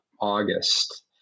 August